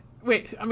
Wait